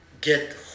get